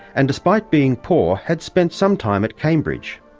and despite being poor had spent some time at cambridge.